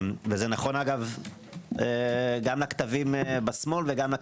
זה נכון אגב גם לקטבים בשמאל וגם לאלה